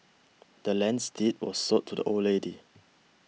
the land's deed was sold to the old lady